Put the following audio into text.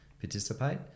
participate